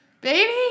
Baby